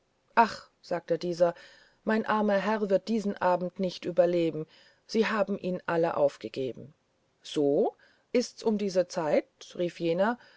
ach sagte dieser mein armer herr wird diesen abend nicht überleben sie haben ihn alle aufgegeben so ist's um diese zeit rief jener